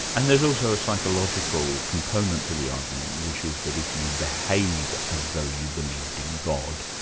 and there's also a psychological component to the argument, which is that if you behave as though you believed in god,